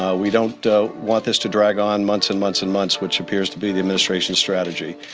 ah we don't don't want this to drag on months and months and months which appears to be the administration's strategy.